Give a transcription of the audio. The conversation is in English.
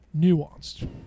nuanced